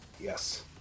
yes